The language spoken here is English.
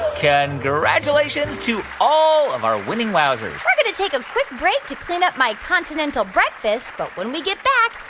ok congratulations to all of our winning wowzers we're going to take a quick break to clean up my continental breakfast. but when we get back,